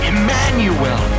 Emmanuel